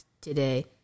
today